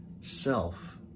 self